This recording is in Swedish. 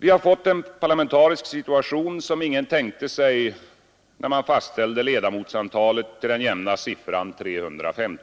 Vi har fått en parlamentarisk situation som ingen tänkte sig när man fastställde ledamotsantalet till den jämna siffran 350.